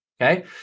okay